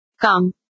come